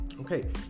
Okay